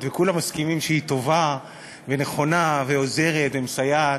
וכולם מסכימים שהיא טובה ונכונה ועוזרת ומסייעת.